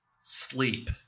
Sleep